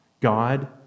God